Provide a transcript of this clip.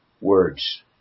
Words